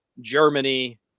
Germany